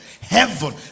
Heaven